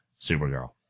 Supergirl